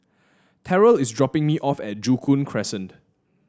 Terrell is dropping me off at Joo Koon Crescent